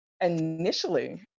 initially